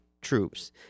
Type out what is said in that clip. troops